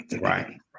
Right